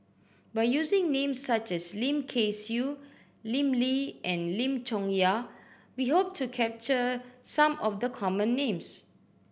by using names such as Lim Kay Siu Lim Lee and Lim Chong Yah we hope to capture some of the common names